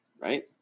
right